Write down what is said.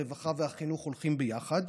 הרווחה והחינוך הולכים ביחד,